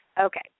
Okay